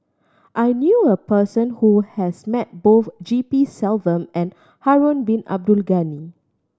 I knew a person who has met both G P Selvam and Harun Bin Abdul Ghani